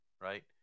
right